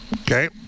Okay